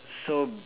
so